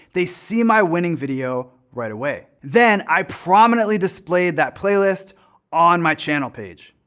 they see my winning video right away. then i prominently displayed that playlist on my channel page.